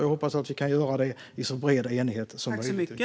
Jag hoppas att vi kan göra det i så bred enighet som möjligt.